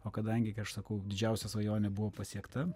o kadangi kai aš sakau didžiausia svajonė buvo pasiekta